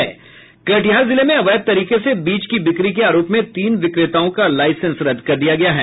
कटिहार जिले में अवैध तरीके से बीज की बिक्री के आरोप में तीन विक्रेताओं का लाईसेंस रद्द कर दिया गया है